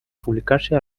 publicarse